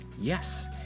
Yes